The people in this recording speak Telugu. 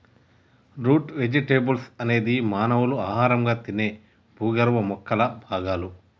రూట్ వెజిటెబుల్స్ అనేది మానవులు ఆహారంగా తినే భూగర్భ మొక్కల భాగాలు